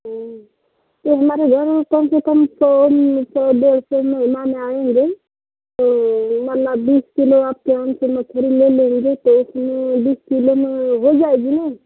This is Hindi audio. तो तो हमारे घर में कम से कम सौ सौ डेढ़ सौ मेहमान आएँगे तो माना बीस किलो आपके यहाँ से मछली ले लेंगे तो उसमें बीस किलो में हो जाएगी ना